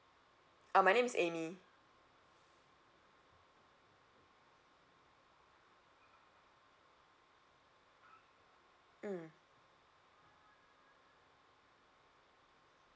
uh my name is amy mm